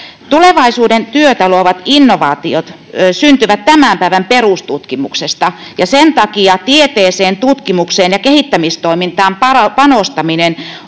Tulevaisuuden työtä luovat innovaatiot syntyvät tämän päivän perustutkimuksesta, ja sen takia tieteeseen, tutkimukseen ja kehittämistoimintaan panostaminen